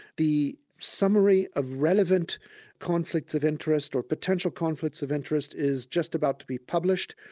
the summary of relevant conflicts of interest or potential conflicts of interest is just about to be published,